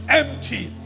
empty